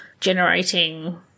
generating